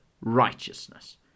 righteousness